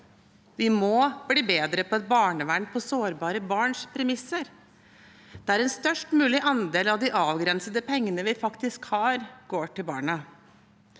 Vi må bli bedre på et barnevern på sårbare barns premisser, der en størst mulig andel av de avgrensede pengene vi faktisk har, går til barna.